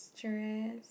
stress